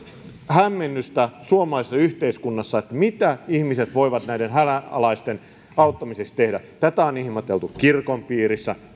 hämmennystä suomalaisessa yhteiskunnassa että mitä ihmiset voivat näiden hädänalaisten auttamiseksi tehdä tätä on ihmetelty kirkon piirissä